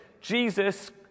Jesus